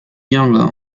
younger